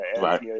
Right